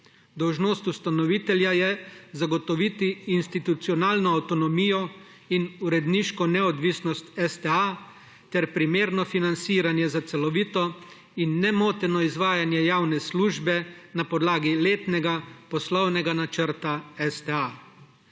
Dolžnost ustanovitelja je zagotoviti institucionalno avtonomijo in uredniško neodvisnost STA ter primerno financiranje za celovito in nemoteno izvajanje javne službe na podlagi letnega poslovnega načrta STA.